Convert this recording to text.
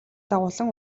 дагуулан